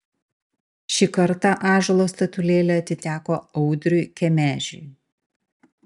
šį kartą ąžuolo statulėlė atiteko audriui kemežiui